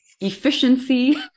efficiency